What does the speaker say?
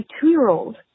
two-year-old